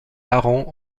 parents